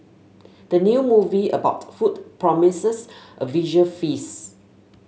the new movie about food promises a visual feast